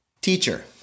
Teacher